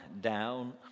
Down